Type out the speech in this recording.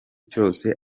cyose